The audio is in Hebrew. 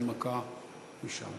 הנמקה משם.